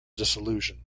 dissolution